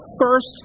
first